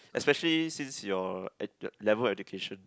especially since your ed~ level of education